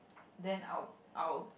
then I'll I'll